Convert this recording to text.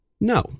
No